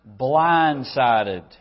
blindsided